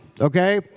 okay